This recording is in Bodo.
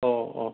औ औ